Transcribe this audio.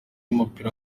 y’umupira